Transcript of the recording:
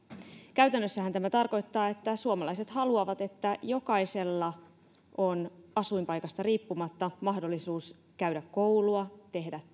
käytännössähän tämä tarkoittaa että suomalaiset haluavat että jokaisella on asuinpaikasta riippumatta mahdollisuus käydä koulua tehdä